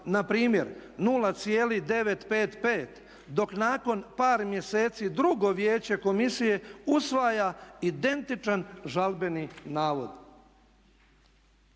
npr. 0,955 dok nakon par mjeseci drugo vijeće komisije usvaja identičan žalbeni nalog.